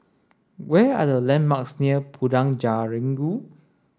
where are the landmarks near Padang Jeringau